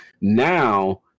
Now